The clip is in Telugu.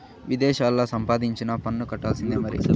విదేశాల్లా సంపాదించినా పన్ను కట్టాల్సిందే మరి